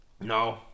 No